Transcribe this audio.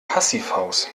passivhaus